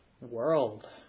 world